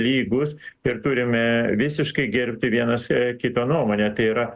lygūs ir turime visiškai gerbti vienas kito nuomonę tai yra